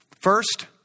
First